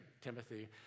Timothy